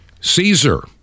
Caesar